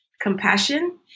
compassion